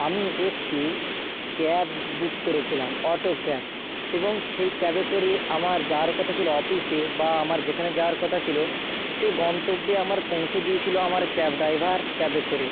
আমি একটি cab book করেছিলাম অটো ক্যাব এবং সেই ক্যাবে করে আমার যাওয়ার কথা ছিল অফিসে বা আমার যেখানে যাওয়ার কথা ছিল সেই গন্তব্যে আমার পৌঁছে দিয়েছিল আমার ক্যাবটা এবার ক্যাবে করে